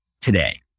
today